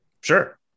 sure